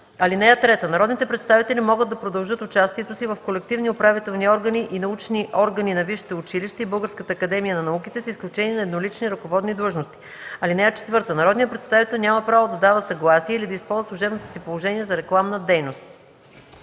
(3) Народните представители могат да продължат участието си в колективни управителни органи и научни органи на висшите училища и Българската академия на науките, с изключение на еднолични ръководни длъжности. (4) Народният представител няма право да дава съгласие или да използва служебното си положение за рекламна дейност.”